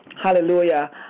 hallelujah